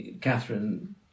Catherine